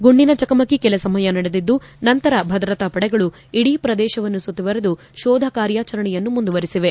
ಗುಂಡಿನ ಚಕಮಕಿ ಕೆಲ ಸಮಯ ನಡೆದಿದ್ದು ನಂತರ ಭದ್ರತಾಪಡೆಗಳು ಇಡೀ ಪ್ರದೇಶವನ್ನು ಸುತ್ತುವರಿದು ಶೋಧ ಕಾರ್ಯಾಚರಣೆಯನ್ನು ಮುಂದುವರಿಸಿವೆ